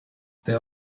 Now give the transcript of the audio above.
there